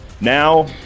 now